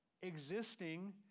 existing